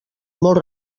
molt